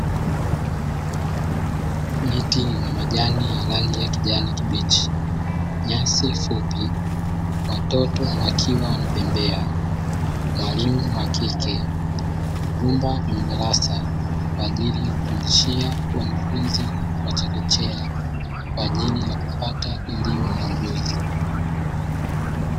Miti yenye majani ya rangi ya kijani kibichi, nyasi fupi, watoto wakiwa wanabembea, mwalimu wa kike, vyumba vya madarasa kwa ajili ya kufundushia wanafunzi wa chekechea; kwa ajili ya kupata elimu na ujuzi.